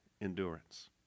endurance